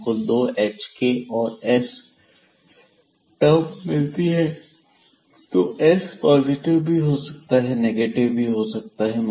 हमको दो hk और s टर्म मिलती है तो s पॉजिटिव भी हो सकता है नेगेटिव भी हो सकता है